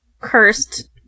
cursed